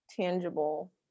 tangible